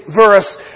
verse